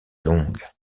longue